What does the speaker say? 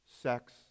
sex